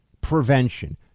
prevention